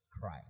cry